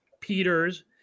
Peters